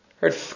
heard